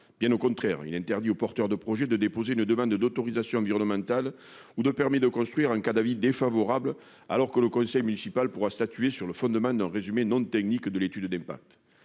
Bien au contraire, il interdit aux porteurs de projets de déposer une demande d'autorisation environnementale ou de permis de construire en cas d'avis défavorable, alors que le conseil municipal aura statué sur le fondement d'un résumé non technique de l'étude d'impact.